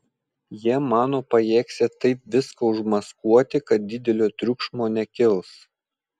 jie mano pajėgsią taip viską užmaskuoti kad didelio triukšmo nekils